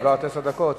את דיברת עשר דקות,